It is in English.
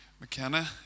McKenna